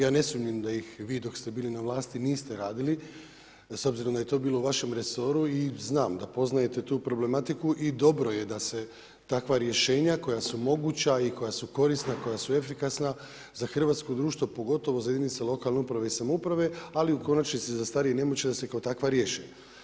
Ja ne sumnjam da ih vi dok ste bili na vlasti niste radili, s obzirom da je to bilo u vašem resoru i znam, da poznajete tu problematiku i dobro je da se takva rješenja koja su moguća i koja su korisna koja su efikasna za hrvatsko društvo, pogotovo za jedinice lokalne uprave i samouprave ali i u konačnici za starije i nemoćne da se kao takva riješi.